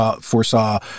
foresaw